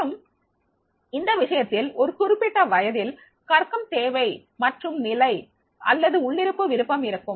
மற்றும் இந்த விஷயத்தில் ஒரு குறிப்பிட்ட வயதில் கற்கும் தேவை மற்றும் நிலை அல்லது உள்ளிருப்பு விருப்பம் இருக்கும்